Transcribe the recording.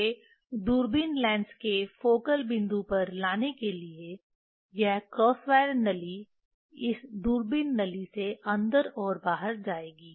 इसे दूरबीन लेंस के फोकल बिंदु पर लाने के लिए यह क्रॉस वायर नली इस दूरबीन नली से अंदर और बाहर जाएगी